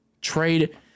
trade